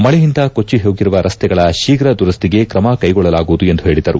ಮಳೆಯಿಂದ ಕೊಟ್ಟ ಹೋಗಿರುವ ರಸ್ತೆಗಳ ಶೀಘ ದುರಸ್ನಿಗೆ ಕ್ರಮ ಕೈಗೊಳ್ಳಲಾಗುವುದು ಎಂದು ಹೇಳಿದರು